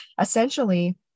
essentially